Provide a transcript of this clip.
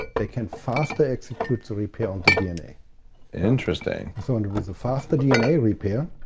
they can faster execute the repair on the dna interesting so, and with the faster dna repair,